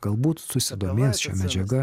galbūt susidomės šia medžiaga